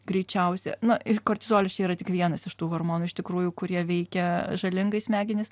greičiausia na ir kortizolis čia yra tik vienas iš tų hormonų iš tikrųjų kurie veikia žalingai smegenis